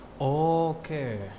Okay